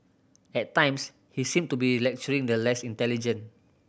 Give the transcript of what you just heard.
at times he seemed to be lecturing the less intelligent